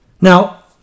Now